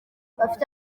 bafite